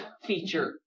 feature